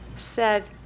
said,